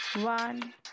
one